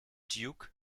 duke